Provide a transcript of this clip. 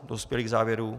Dospěly k závěru.